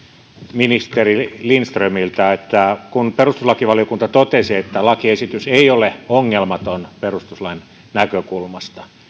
ministeri lindströmiltä kun perustuslakivaliokunta totesi että lakiesitys ei ole ongelmaton perustuslain näkökulmasta